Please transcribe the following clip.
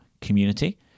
community